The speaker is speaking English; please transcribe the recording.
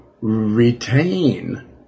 retain